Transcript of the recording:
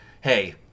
hey